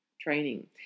training